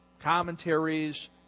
commentaries